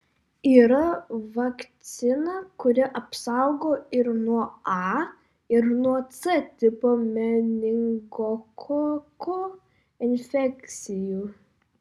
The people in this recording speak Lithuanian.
yra vakcina kuri apsaugo ir nuo a ir nuo c tipo meningokoko infekcijų